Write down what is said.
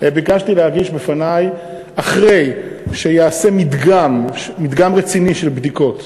אחרי שייעשה מדגם רציני של בדיקות,